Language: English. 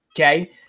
Okay